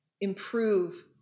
improve